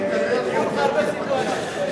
עוד יהיו לך הרבה סיטואציות כאלה.